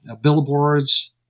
billboards